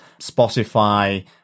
Spotify